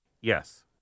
Yes